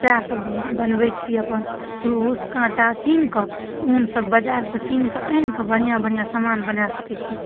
सएहसब बनबै छी अपन क्रूस काँटा किनिकऽ उनसब बजारसँ किनिकऽ आनिकऽ बढ़िआँ बढ़िआँ समान बना सकै छी